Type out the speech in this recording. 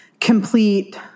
complete